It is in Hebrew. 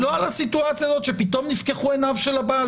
היא לא על הסיטואציה הזאת שפתאום נפקחו עיניו של הבעל,